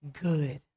good